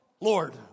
Lord